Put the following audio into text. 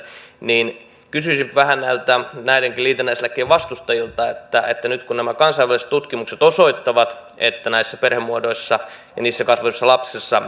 kysyisin vähän näiden liitännäislakien vastustajilta että nyt kun nämä kansainväliset tutkimukset osoittavat että näissä perhemuodoissa ja niissä kasvaneissa lapsissa